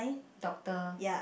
doctor